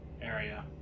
area